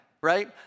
right